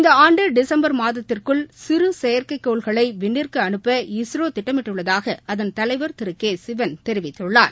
இந்த ஆண்டு டிசம்பர் மாதத்திற்குள் சிறு செயற்கைக் கோள்களை விண்ணிற்கு அனுப்ப இஸ்ரோ திட்டமிட்டுள்ளதாக அதன் தலைவர் திரு கே சிவன் தெரிவித்துள்ளார்